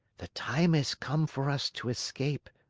the time has come for us to escape,